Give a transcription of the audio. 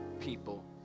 people